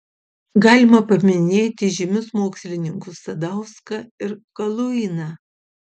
galima paminėti žymius mokslininkus sadauską ir kaluiną